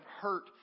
hurt